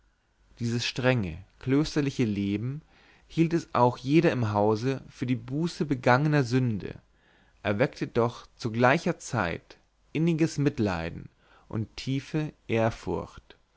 dieses strenge klösterliche leben hielt es auch jeder im hause für die buße begangener sünde erweckte doch zu gleicher zeit inniges mitleiden und tiefe ehrfurcht